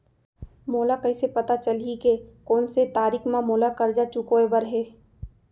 मोला कइसे पता चलही के कोन से तारीक म मोला करजा चुकोय बर हे?